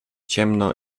ciemno